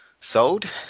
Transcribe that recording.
sold